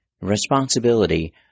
Responsibility